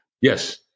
Yes